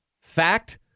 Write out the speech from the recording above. fact